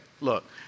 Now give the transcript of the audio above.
look